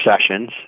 sessions